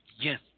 Yes